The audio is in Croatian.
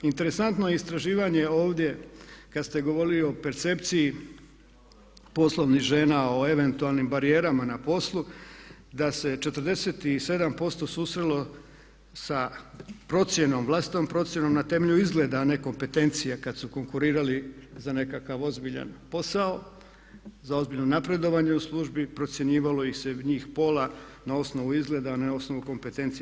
Interesantno je istraživanje ovdje kad ste govorili o percepciji poslovnih žena o eventualnim barijerama na poslu da se 47% susrelo sa procjenom, vlastitom procjenom na temelju izgleda a ne kompetencije kad su konkurirali za nekakav ozbiljan posao, za ozbiljno napredovanje u službi, procjenjivalo ih se njih pola na osnovu izgleda a ne na osnovu kompetencija.